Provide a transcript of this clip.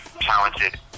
talented